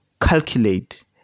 calculate